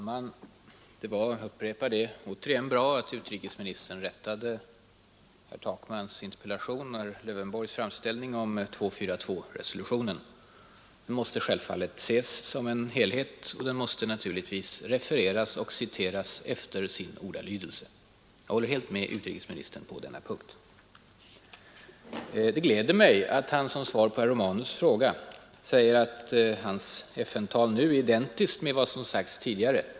Herr talman! Det var, jag upprepar det, bra att utrikesministern rättade herr Takmans interpellation och herr Lövenborgs framställning om resolutionen nr 242. Den måste självfallet ses som en helhet, och den måste naturligtvis refereras och citeras efter sin ordalydelse. Jag håller helt med utrikesministern på den punkten. Det gläder mig att han som svar på herr Romanus” fråga säger att hans FN-tal nu är identiskt med vad som sagts tidigare.